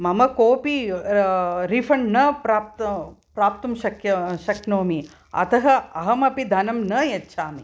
मम कोऽपि रीफ़ण्ड् न प्राप्त प्राप्तुं शक्य शक्नोमि अतः अहमपि धनं न यच्छामि